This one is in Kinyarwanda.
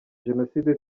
jenoside